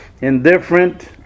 indifferent